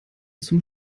zum